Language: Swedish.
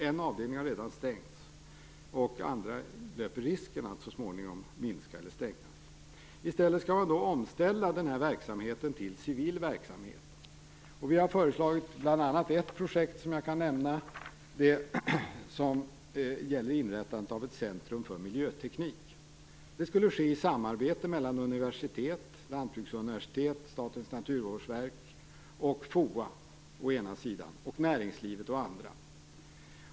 En avdelning har redan stängts, och andra löper risken att så småningom minskas eller stängas. I stället skall verksamheten ställas om till civil verksamhet. Vi har bl.a. föreslagit ett projekt som jag kan nämna. Det gäller inrättande av ett centrum för miljöteknik. Det skulle ske i samarbete mellan universitet, lantbruksuniversitet, Statens naturvårdsverk och FOA å ena sidan och näringslivet å den andra.